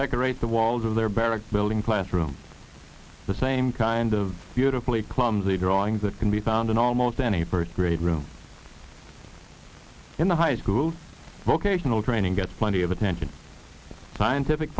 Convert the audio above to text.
decorate the walls of their barrack building classroom the same kind of beautifully clumsy drawings that can be found in almost any first grade room in the high schools vocational training gets plenty of attention scientific